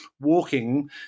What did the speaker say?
walking